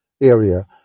area